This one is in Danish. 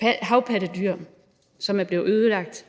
havpattedyr, som er blevet ødelagt.